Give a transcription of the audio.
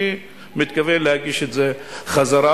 אני מתכוון להגיש את זה חזרה,